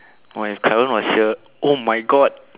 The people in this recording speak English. my current was here oh my God